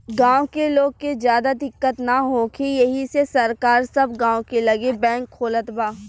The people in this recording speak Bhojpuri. गाँव के लोग के ज्यादा दिक्कत ना होखे एही से सरकार सब गाँव के लगे बैंक खोलत बा